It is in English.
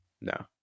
No